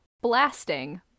blasting